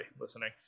listening